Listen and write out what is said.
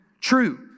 true